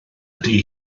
ydy